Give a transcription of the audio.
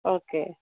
okay